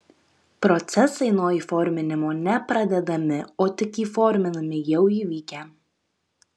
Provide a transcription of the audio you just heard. procesai nuo įforminimo ne pradedami o tik įforminami jau įvykę